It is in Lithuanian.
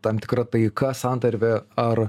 tam tikra taika santarvė ar